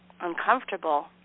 uncomfortable